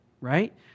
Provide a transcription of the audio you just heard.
right